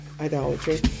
idolatry